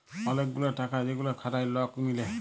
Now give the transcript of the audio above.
ওলেক গুলা টাকা যেগুলা খাটায় লক মিলে